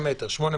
9 מטר,